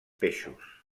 peixos